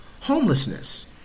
homelessness